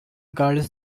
girls